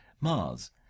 Mars